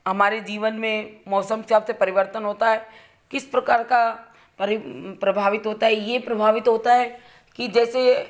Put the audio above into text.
हमारे जीवन में मौसम के हिसाब से परिवर्तन होता है किस प्रकार का प्रभावित होता है यह प्रभावित होता है कि जैसे